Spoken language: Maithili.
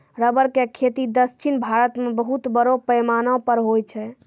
रबर के खेती दक्षिण भारत मॅ बहुत बड़ो पैमाना पर होय छै